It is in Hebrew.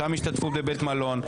שם השתתפות בבית מלון,